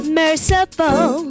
merciful